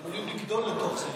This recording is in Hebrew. הם עלולים לגדול לתוך זה.